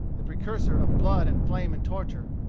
the precursor of blood and flame and torture,